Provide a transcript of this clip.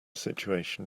situation